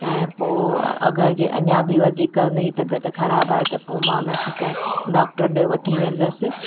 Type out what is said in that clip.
ऐं पोइ अगरि जे अञा बि वधीक उनजी तबियत ख़राबु आहे त पोइ उनखे कंहिं डॉक्टर ॾे वठी वेंदसि